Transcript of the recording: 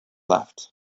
left